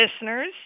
listeners